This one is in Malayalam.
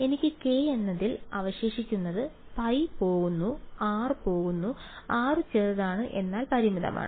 എനിക്ക് k എന്നതിൽ അവശേഷിക്കുന്നത് π പോകുന്നു r പോകുന്നു r ചെറുതാണ് എന്നാൽ പരിമിതമാണ്